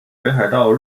北海道